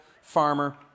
farmer